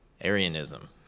Arianism